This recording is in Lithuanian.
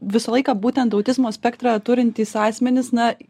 visą laiką būtent autizmo spektrą turintys asmenys na